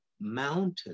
Mountain